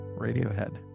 Radiohead